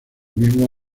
mismo